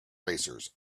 racers